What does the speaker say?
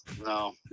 No